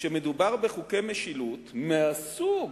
כשמדובר בחוקי משילות מהסוג